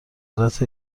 قدرت